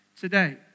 today